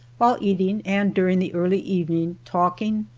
while eating and during the early evening, talking,